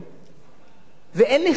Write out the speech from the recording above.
ואין לי חפץ בהם,